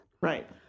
Right